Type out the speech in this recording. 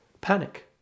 panic